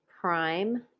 prime